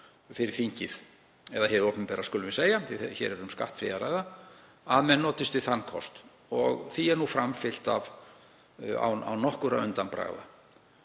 fyrir þingið, eða hið opinbera skulum við segja því að hér er um skattfé að ræða, að menn notist við þann kost. Því er nú framfylgt án nokkurra undanbragða.